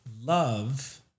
love